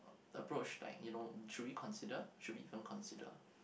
approach like you know should we consider should we even consider